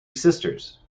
sisters